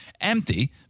empty